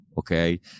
Okay